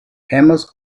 famous